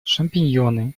шампиньоны